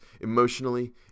emotionally